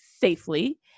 safely